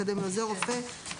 או תואר אקדמי במקצוע עוזר רופא ממוסד